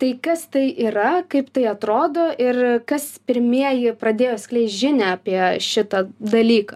tai kas tai yra kaip tai atrodo ir kas pirmieji pradėjo skleist žinią apie šitą dalyką